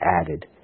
added